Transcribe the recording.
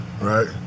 Right